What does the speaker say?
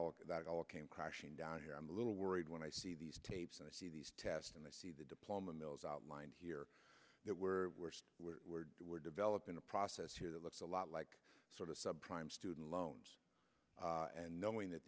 of that all came crashing down here i'm a little worried when i see these tapes and i see these tests and i see the diploma mills outlined here that we're we're we're developing a process here that looks a lot like sort of sub prime student loans and knowing that